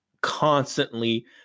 constantly –